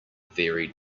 very